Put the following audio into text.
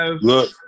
Look